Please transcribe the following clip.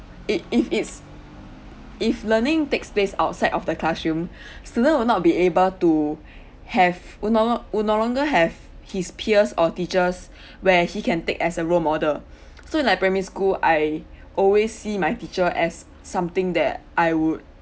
it if it's if learning takes place outside of the classroom student would not be able to have would no long~ would no longer have his peers or teachers where he can take as a role model so in like primary school I always see my teacher as something that I would